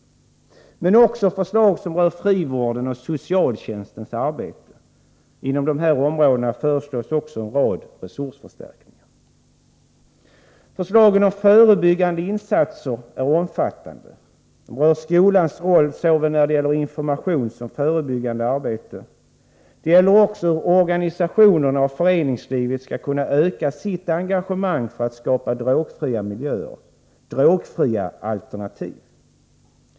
Där tas också upp förslag som rör frivården och socialtjänstens arbete. Inom dessa områden föreslås också en rad resursförstärkningar. Förslagen om förebyggande insatser är omfattande. De rör skolans roll när det gäller såväl information som förebyggande arbete. De gäller också hur organisationerna och föreningslivet skall kunna öka sitt engagemang för att skapa drogfria miljöer, drogfria alternativ.